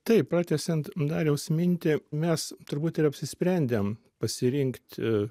taip pratęsiant dariaus mintį mes turbūt ir apsisprendėm pasirinkt